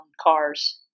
cars